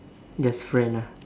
just friend ah